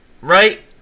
right